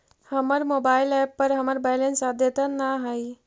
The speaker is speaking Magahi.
हमर मोबाइल एप पर हमर बैलेंस अद्यतन ना हई